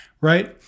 right